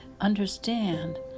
understand